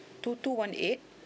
two two one eight